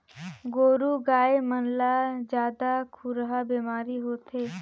गोरु गाय मन ला जादा खुरहा बेमारी होथे